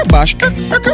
Bash